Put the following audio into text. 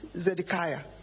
Zedekiah